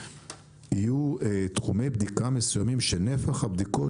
יהיו תחומי בדיקה מסוימים שנפח הבדיקות